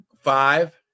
five